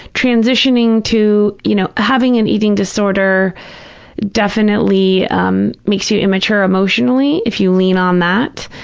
transitioning to, you know, having an eating disorder definitely um makes you immature emotionally if you lean on that.